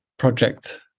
project